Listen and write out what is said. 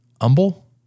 Humble